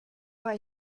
hai